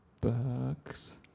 Bucks